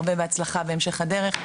הרבה בהצלחה בהמשך הדרך.